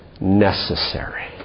necessary